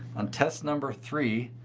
on test number three,